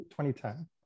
2010